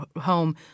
home